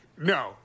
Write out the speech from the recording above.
No